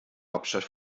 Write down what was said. hauptstadt